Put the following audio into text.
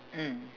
mm